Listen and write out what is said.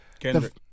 Kendrick